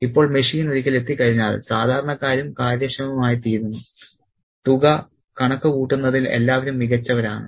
ഇപ്പോൾ മെഷീൻ ഒരിക്കൽ എത്തിക്കഴിഞ്ഞാൽ സാധാരണക്കാരും കാര്യക്ഷമമായിത്തീരുന്നു തുക കണക്കുകൂട്ടുന്നതിൽ എല്ലാവരും മികച്ചവരാണ്